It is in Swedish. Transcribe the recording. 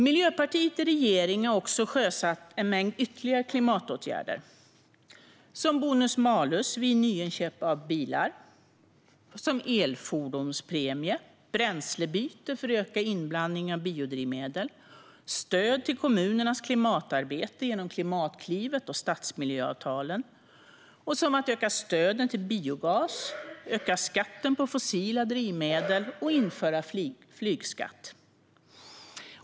Miljöpartiet i regering har också sjösatt en mängd ytterligare klimatåtgärder som bonus-malus-systemet vid nyinköp av bilar, elfordonspremien, bränslebyte för att öka inblandningen av biodrivmedel, stöd till kommunernas klimatarbete genom Klimatklivet och stadsmiljöavtalen, ökat stöd till biogas, ökad skatt på fossila drivmedel och införande av flygskatt.